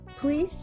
please